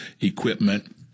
equipment